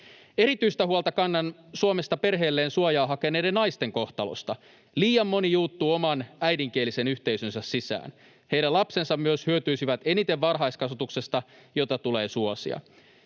Erityistä huolta kannan Suomesta perheelleen suojaa hakeneiden naisten kohtalosta. Liian moni juuttuu oman äidinkielisen yhteisönsä sisään. Heidän lapsensa myös hyötyisivät eniten varhaiskasvatuksesta, jota tulee suosia.